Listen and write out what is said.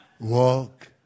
Walk